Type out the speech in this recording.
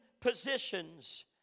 positions